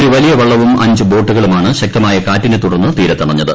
ഒരു വലിയ വള്ളവും അഞ്ച് ബോട്ടുകളാണ് ശക്തമായ കാറ്റിനെ തുടർന്ന് തീരത്തണഞ്ഞത്